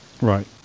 right